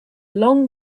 long